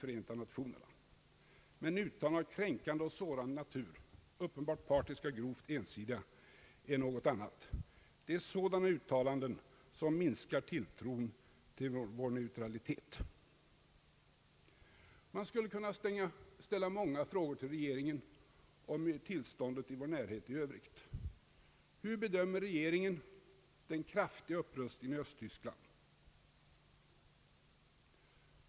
Förenta Nationerna, men utan att därvid komma med yttranden av kränkande och sårande natur, uppenbart partiska och grovt ensidiga sådana, vilket är något helt annat. Det är sådana uttalanden som minskar tilltron till vår neutralitet. Man skulle kunna ställa många frågor till regeringen om tillståndet i vår närhet i övrigt. Hur bedömer regeringen den kraftiga upprustningen i Östtyskland?